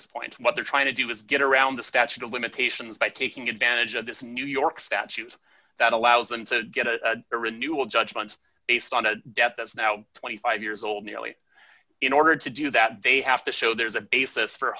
this point what they're trying to do is get around the statute of limitations by taking advantage of this new york statute that allows them to get a renewal judgments based on a debt that's now twenty five years old nearly in order to do that they have to show there is a basis for